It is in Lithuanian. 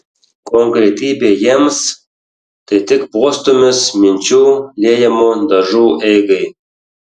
konkretybė jiems tai tik postūmis minčių liejamų dažų eigai